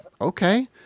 okay